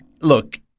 look